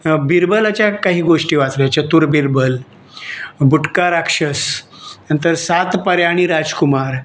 बिरबलाच्या काही गोष्टी वाचल्या चतुर बिरबल बुटका राक्षस नंतर सात पऱ्या आणि राजकुमार